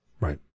Right